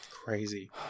crazy